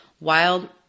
wild